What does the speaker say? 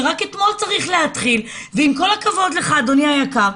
ורק אתמול צריך להתחיל ועם כל הכבוד לך אדוני היקר,